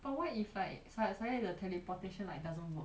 but what if like like sudden suddenly the teleportation like doesn't work